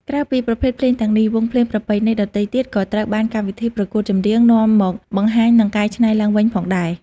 ក្រៅពីប្រភេទភ្លេងទាំងនេះ វង់ភ្លេងប្រពៃណីដទៃទៀតក៏ត្រូវបានកម្មវិធីប្រកួតចម្រៀងនាំមកបង្ហាញនិងកែច្នៃឡើងវិញផងដែរ